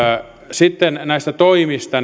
sitten näistä toimista